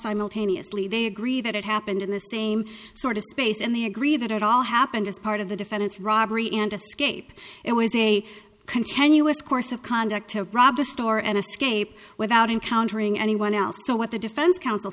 simultaneously they agree that it happened in the same sort of space and they agree that it all happened as part of the defendant's robbery and escape it was a continuous course of conduct to rob the store and escape without encountering anyone else so what the defense counsel